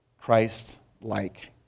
Christ-like